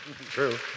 True